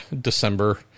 December